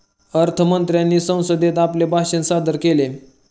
अर्थ मंत्र्यांनी संसदेत आपले भाषण सादर केले